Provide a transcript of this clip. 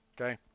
okay